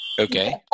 Okay